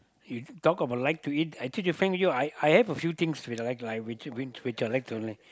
you talk about like to eat actually to frank you I I have a few things which I like which I like only